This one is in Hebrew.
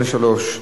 1483,